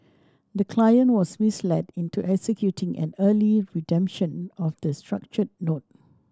the client was misled into executing an early redemption of the structured note